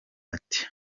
ati